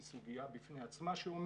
היא סוגיה בפני עצמה שעומדת,